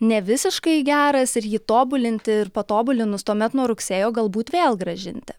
ne visiškai geras ir jį tobulinti ir patobulinus tuomet nuo rugsėjo galbūt vėl grąžinti